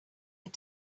had